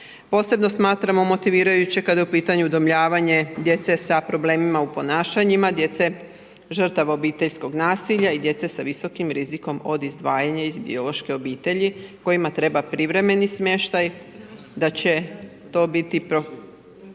Posebno smatramo motivirajuće kad je u pitanju udomljavanje djece sa problemima u ponašanjima, djece žrtava obiteljskog nasilja i djece sa visokom rizikom od izdvajanja iz biološke obitelji kojima treba privremeni smještaj te da će to biti